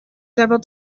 several